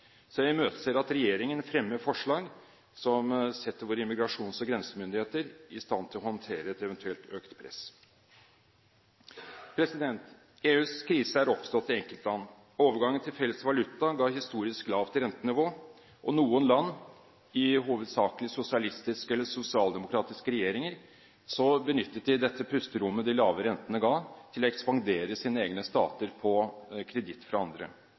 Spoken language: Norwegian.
Jeg imøteser at regjeringen fremmer forslag som setter våre immigrasjons- og grensemyndigheter i stand til å håndtere et eventuelt økt press. EUs krise er oppstått i enkeltland. Overgangen til felles valuta ga historisk lavt rentenivå, og noen land med hovedsakelig sosialistiske eller sosialdemokratiske regjeringer benyttet dette pusterommet de lave rentene ga, til å ekspandere sine egne stater på kreditt fra andre.